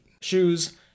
shoes